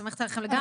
סומכת עליכם לגמרי,